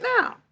now